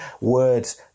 words